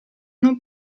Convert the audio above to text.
non